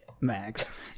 Max